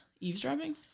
Eavesdropping